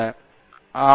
பேராசிரியர் ஆர்